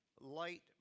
Light